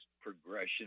progression